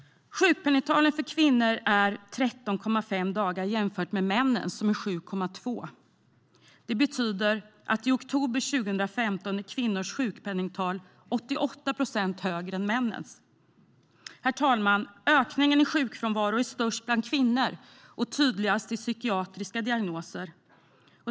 Sjukpenningtalet för kvinnor är 13,5 dagar jämfört med männens, som är 7,2 dagar. Det betyder att i oktober 2015 är kvinnors sjukpenningtal 88 procent högre än männens. Herr talman! Ökningen i sjukfrånvaro är störst bland kvinnor och tydligast i psykiatriska diagnoser.